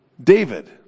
David